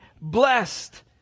blessed